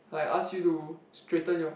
like I ask you to straighten your